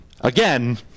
Again